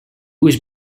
was